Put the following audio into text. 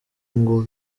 ngo